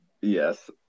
yes